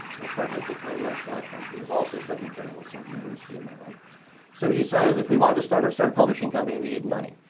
my partner at the time, mike catron, who was also studying journalism at the university of maryland so we decided that if we wanted to start start a publishing company, we needed money.